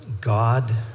God